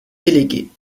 délégués